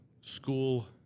school-